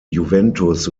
juventus